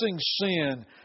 sin